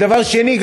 דבר שני,